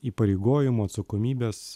įpareigojimų atsakomybės